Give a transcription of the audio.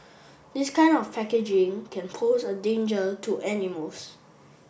this kind of packaging can pose a danger to animals